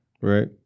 right